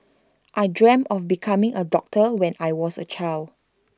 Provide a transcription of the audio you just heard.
I dreamt of becoming A doctor when I was A child